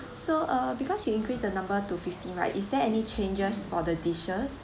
so uh because you increase the number to fifteen right is there any changes for the dishes